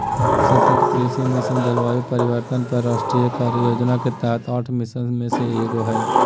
सतत कृषि मिशन, जलवायु परिवर्तन पर राष्ट्रीय कार्य योजना के तहत आठ मिशन में से एगो हइ